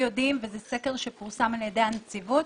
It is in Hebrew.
יודעים וזה סקר שפורסם על ידי הנציבות,